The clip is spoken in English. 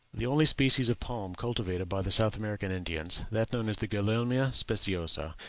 the only species of palm cultivated by the south american indians, that known as the gulielma speciosa,